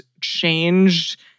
changed